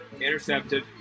intercepted